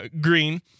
green